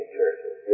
churches